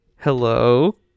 Hello